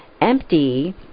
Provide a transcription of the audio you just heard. Empty